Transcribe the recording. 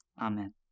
Amen